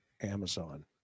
Amazon